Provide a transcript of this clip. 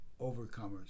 overcomers